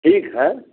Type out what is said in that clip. ठीक है